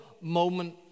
moment